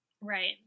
Right